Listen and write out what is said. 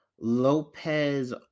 Lopez